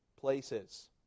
places